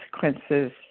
consequences